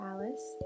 Alice